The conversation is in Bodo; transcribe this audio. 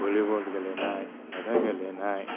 भलिबल गेलेनाय बाथा गेलेनाय